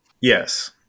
Yes